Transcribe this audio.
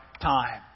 time